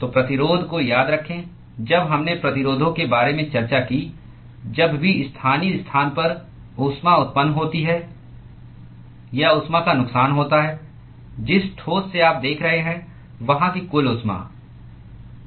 तो प्रतिरोध को याद रखें जब हमने प्रतिरोधों के बारे में चर्चा की जब भी स्थानीय स्थान पर ऊष्मा उत्पन्न होती है या ऊष्मा का नुकसान होता है जिस ठोस से आप देख रहे हैं वहां की कुल ऊष्मा